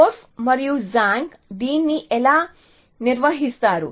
Korf మరియు Zhang దీన్ని ఎలా నిర్వహిస్తారు